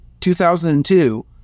2002